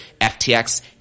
FTX